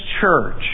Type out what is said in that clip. church